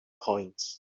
coins